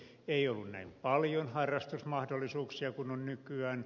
ei ollut näin paljon harrastusmahdollisuuksia kuin on nykyään